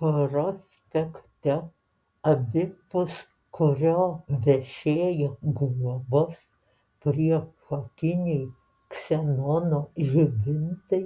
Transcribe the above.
prospekte abipus kurio vešėjo guobos priešakiniai ksenono žibintai